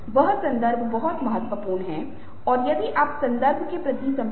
तो यह एक ऐसा भाव है जो बहुत आसानी से पहचाने जाने योग्य है क्योंकि सच्ची खुशी ही सच्ची है